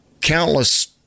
countless